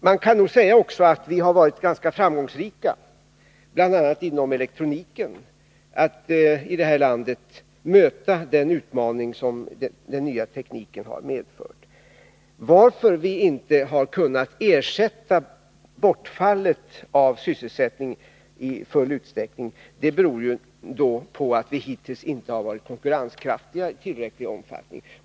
Man kan nog också säga att vi har varit ganska framgångsrika i detta land, bl.a. inom elektroniken, i att möta den utmaning som den nya tekniken har medfört. Att vi inte har kunnat ersätta bortfallet av sysselsättning i full utsträckning beror på att vi hittills inte har varit konkurrenskraftiga i tillräcklig omfattning.